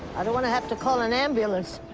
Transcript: i don't want to have to call an ambulance.